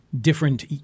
different